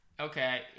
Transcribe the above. okay